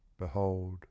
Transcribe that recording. behold